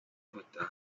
gutaha